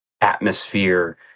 atmosphere